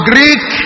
Greek